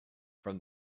from